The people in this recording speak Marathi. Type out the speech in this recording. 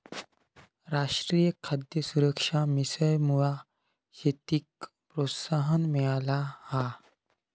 राष्ट्रीय खाद्य सुरक्षा मिशनमुळा शेतीक प्रोत्साहन मिळाला हा